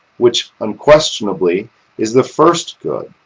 which unquestionably is the first good